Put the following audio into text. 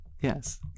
Yes